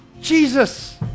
Jesus